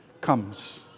comes